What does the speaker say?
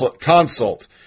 Consult